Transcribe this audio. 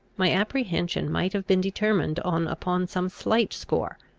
my apprehension might have been determined on upon some slight score,